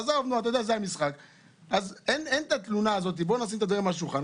עושים את זה בדיונים לוועדה לשלושה ימים.